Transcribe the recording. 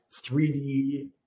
3D